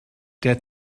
der